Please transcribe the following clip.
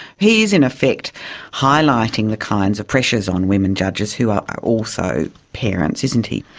he is in effect highlighting the kinds of pressures on women judges who are also parents, isn't he.